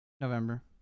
November